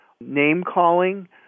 name-calling